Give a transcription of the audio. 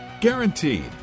Guaranteed